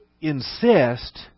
insist